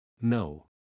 No